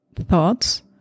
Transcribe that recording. thoughts